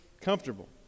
comfortable